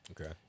Okay